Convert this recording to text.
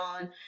on